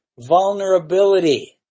vulnerability